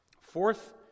Fourth